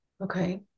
okay